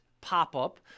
pop-up